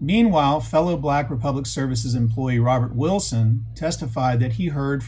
meanwhile fellow black republic services employee robert wilson testified that he heard